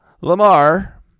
Lamar